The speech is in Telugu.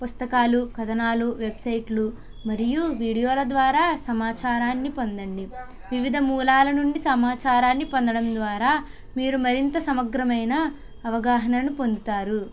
పుస్తకాలు కథనాలు వెబ్సైట్లు మరియు వీడియోల ద్వారా సమాచారాన్ని పొందండి వివిధ మూలాల నుండి సమాచారాన్ని పొందడం ద్వారా మీరు మరింత సమగ్రమైన అవగాహనను పొందుతారు